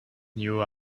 knew